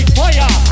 fire